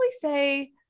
say